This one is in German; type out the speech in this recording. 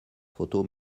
foto